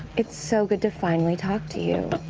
it's so good to finally talk to you.